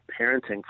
parenting